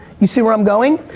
you see where i'm going?